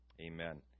amen